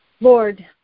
Lord